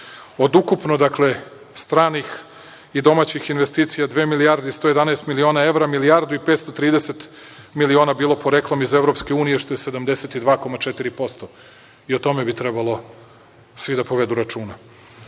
od ukupno stranih i domaćih investicija, dve milijarde 111 miliona evra, milijardu i 530 miliona bilo poreklom iz EU, što je 72,4%, i o tome bi trebalo svi da povedu